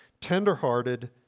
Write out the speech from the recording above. tenderhearted